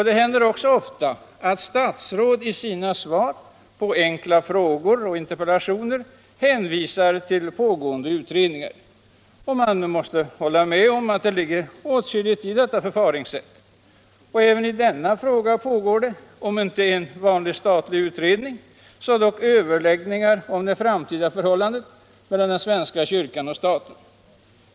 Det händer också ofta att statsråd i sina svar på enkla frågor och interpellationer hänvisar till pågående utredningar. Man måste hålla med om att det ligger åtskilligt i detta förfaringssätt. Även i denna fråga pågår det om inte en vanlig statlig utredning så dock överläggningar om det framtida förhållandet mellan svenska kyrkan och staten.